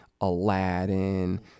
Aladdin